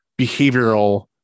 behavioral